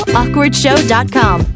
awkwardshow.com